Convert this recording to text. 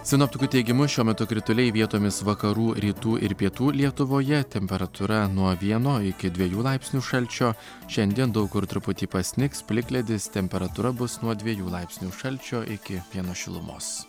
sinoptikų teigimu šiuo metu krituliai vietomis vakarų rytų ir pietų lietuvoje temperatūra nuo vieno iki dviejų laipsnių šalčio šiandien daug kur truputį pasnigs plikledis temperatūra bus nuo dviejų laipsnių šalčio iki vieno šilumos